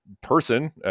person